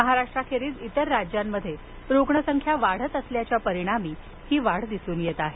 महाराष्ट्राखेरीज इतर राज्यांमध्ये रुग्णसंख्या वाढल्याच्या परिणामी ही वाढ दिसून येत आहे